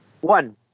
One